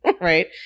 right